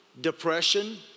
depression